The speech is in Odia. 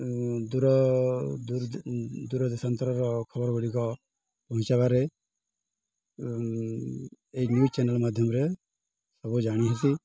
ଦୂର ଦୂର ଦେଶାନ୍ତରର ଖବର ଗୁଡ଼ିକ ପହଞ୍ଚାଇବାରେ ଏଇ ନ୍ୟୁଜ୍ ଚ୍ୟାନେଲ୍ ମାଧ୍ୟମରେ ସବୁ ଜାଣି ହେସି